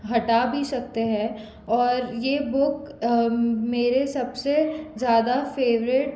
हटा भी सकते हैं और ये बुक मेरे सब से ज़्यादा फेवरट